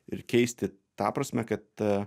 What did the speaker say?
ir keisti ta prasme kad